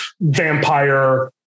vampire